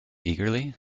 eagerly